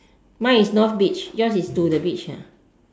mine is north beach yours is to the beach ah